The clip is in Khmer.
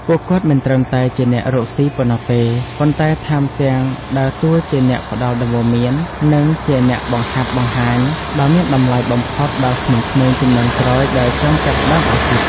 ពួកគាត់មិនត្រឹមតែជាអ្នករកស៊ីប៉ុណ្ណោះទេ ប៉ុន្តែថែមទាំងដើរតួជាអ្នកផ្ដល់ដំបូន្មាន និងជាអ្នកបង្ហាត់បង្ហាញ ដ៏មានតម្លៃបំផុតដល់ក្មេងៗជំនាន់ក្រោយដែលចង់ចាប់ផ្ដើមអាជីព។